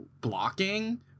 blocking